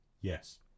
Yes